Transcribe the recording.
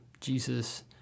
Jesus